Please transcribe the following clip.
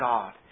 God